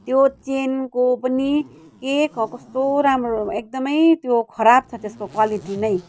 त्यो चेनको पनि एक कस्तो राम्रो एकदमै त्यो खराब छ त्यसको क्वालिटी नै